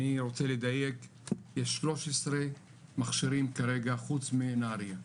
אני רוצה לדייק, יש 13 מכשירים כרגע, חוץ מנהריה,